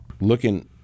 Looking